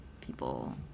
people